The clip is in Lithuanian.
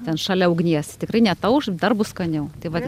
ten šalia ugnies tikrai neatauš dar bus skaniau tai vat